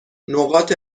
نقاط